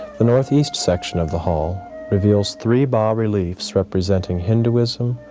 the northeast section of the hall reveals three bas-reliefs representing hinduism,